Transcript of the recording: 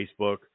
Facebook